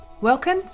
Welcome